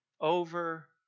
Over